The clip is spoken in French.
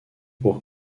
pour